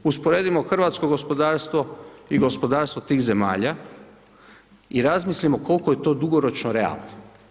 Usporedimo hrvatsko gospodarstvo i gospodarstvo tih zemalja i razmislimo koliko je to dugoročno realno.